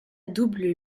double